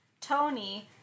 Tony